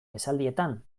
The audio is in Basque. esaldietan